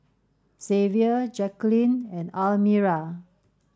Xavier Jaqueline and Almira